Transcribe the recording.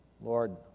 Lord